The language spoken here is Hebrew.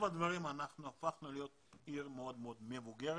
הדברים אנחנו הפכנו להיות עיר מאוד מאוד מבוגרת.